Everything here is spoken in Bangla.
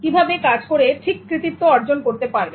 কিভাবে কাজ করে ঠিক কৃতিত্ব অর্জন করতে পারবেন